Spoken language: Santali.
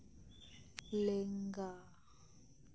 ᱞᱮᱸᱜᱟ